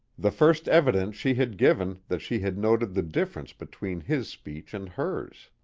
the first evidence she had given that she had noted the difference between his speech and hers.